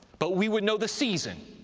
but we would know the season,